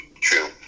True